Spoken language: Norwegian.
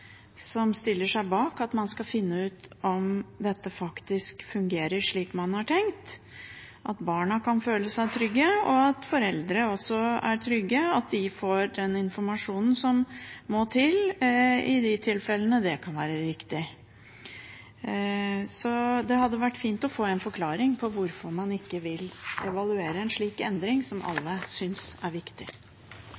som stiller seg bak at man skal finne ut om dette faktisk fungerer slik man har tenkt, at barna kan føle seg trygge, og at foreldre også er trygge på at de får den informasjonen som må til, i de tilfellene det kan være riktig. Det hadde vært fint å få en forklaring på hvorfor man ikke vil evaluere en slik endring, som